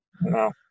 No